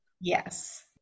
Yes